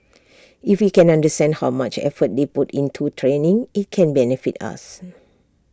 if we can understand how much effort they put into training IT can benefit us